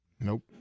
Nope